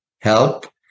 help